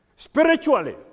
Spiritually